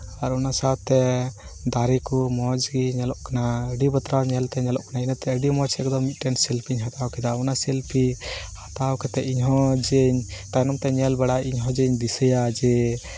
ᱟᱨ ᱚᱱᱟ ᱥᱟᱶᱛᱮ ᱫᱟᱨᱮ ᱠᱚ ᱢᱚᱡᱽ ᱜᱮ ᱧᱮᱞᱚᱜ ᱠᱟᱱᱟ ᱟᱹᱰᱤ ᱵᱟᱛᱨᱟᱣ ᱧᱮᱞᱛᱮ ᱧᱮᱞᱚᱜ ᱠᱟᱱᱟ ᱤᱱᱟᱹᱛᱮ ᱟᱹᱰᱤ ᱢᱚᱡᱽ ᱮᱠᱫᱚᱢ ᱢᱤᱫᱴᱮᱱ ᱥᱮᱞᱯᱷᱤᱧ ᱦᱟᱛᱟᱣ ᱠᱮᱫᱟ ᱚᱱᱟ ᱥᱮᱞᱯᱷᱤ ᱦᱟᱛᱟᱣ ᱠᱟᱛᱮᱫ ᱤᱧ ᱦᱚᱸ ᱡᱮ ᱛᱟᱭᱱᱚᱢ ᱛᱮ ᱧᱮᱞ ᱵᱟᱲᱟᱭᱤᱫᱟᱹᱧ ᱤᱧᱦᱚᱸ ᱡᱮᱧ ᱫᱤᱭᱟᱹᱭᱟ ᱡᱮ